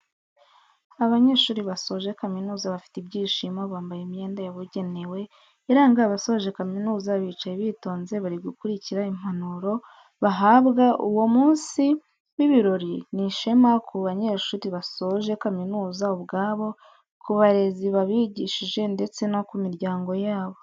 Abanyeshuri basoje kamizuza bafite ibyishimo, bambaye imyenda yabugenewe iranga abasoje kaminuza bicaye bitonze bari gukurikira impanuro bahabwa, uwo munsi w'ibirori ni ishema ku banyeshuri basoje kaminuza ubwabo, ku barezi babigishije ndetse no ku miryango yabo.